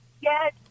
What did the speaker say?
Yes